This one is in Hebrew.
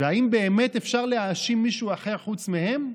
והאם באמת אפשר להאשים מישהו אחר חוץ מהם?